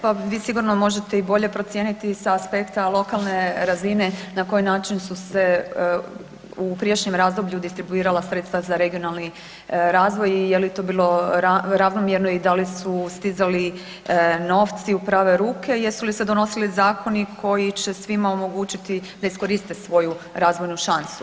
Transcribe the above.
Pa vi sigurno možete i bolje procijeniti sa aspekta lokalne razine na koji način su se u prijašnjem razdoblju distribuirala sredstva za regionalni razvoj i je li to bilo ravnomjerno i da li su stizali novci u prave ruke i jesu li se donosili zakoni koji će svima omogućiti da iskoriste svoju razvojnu šansu.